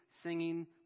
singing